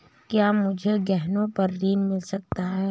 क्या मुझे गहनों पर ऋण मिल सकता है?